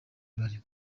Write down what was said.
bari